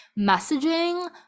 messaging